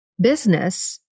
business